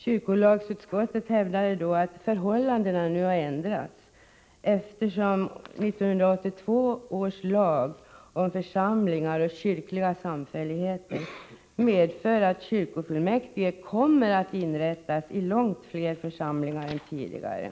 Kyrkolagsutskottet hävdade då att förhållandena nu har ändrats, eftersom 1982 års lag om församlingar och kyrkliga samfälligheter medför att kyrkofullmäktige kommer att inrättas i långt fler församlingar än tidigare.